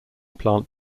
plant